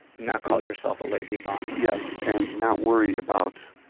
not call yourself a lazy bum. yes. and not worry about